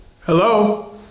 Hello